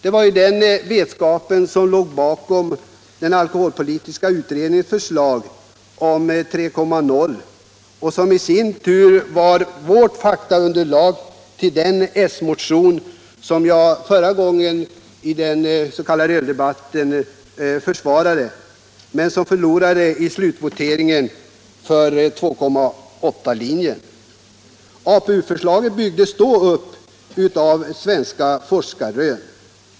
Det var den vetskapen som låg bakom alkoholpolitiska utredningens förslag om 3,0 96, som i sin tur var faktaunderlag för vår s-motion, som jag i den förra s.k. öldebatten försvarade, men som förlorade i slutvoteringen mot 2,8 linjen. APU-förslaget byggdes då upp av svenska forskarrön.